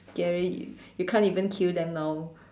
scary you can't even kill them now